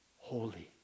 holy